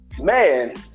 man